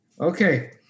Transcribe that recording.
Okay